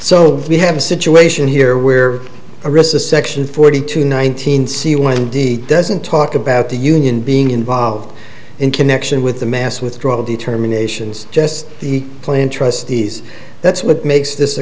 so we have a situation here where a recess section forty two nineteen see why he doesn't talk about the union being involved in connection with the mass withdrawal determinations jest the plan trustees that's what makes this a